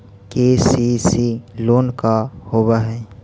KCC loan का होब हइ?